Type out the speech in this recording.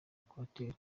equateur